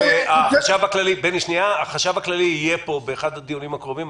החשב הכללי יהיה פה באחד הדיונים הקרובים.